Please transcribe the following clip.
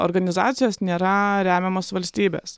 organizacijos nėra remiamos valstybės